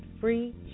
free